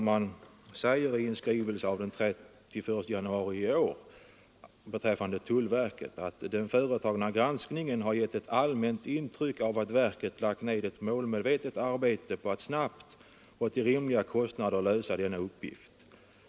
Man säger i en skrivelse av den 31 januari i år beträffande tullverket: ”Den nu företagna granskningen har gett ett allmänt intryck av att tullverket lagt ned ett målmedvetet arbete på att snabbt och till rimliga kostnader bygga upp en ändamålsenlig och fungerande beredskapsorganisation.